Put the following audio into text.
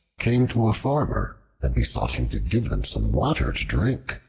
came to a farmer and besought him to give them some water to drink.